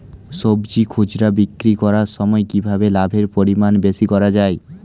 সবজি খুচরা বিক্রি করার সময় কিভাবে লাভের পরিমাণ বেশি করা যায়?